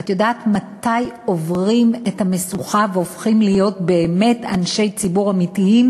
ואת יודעת מתי עוברים את המשוכה והופכים להיות באמת אנשי ציבור אמיתיים?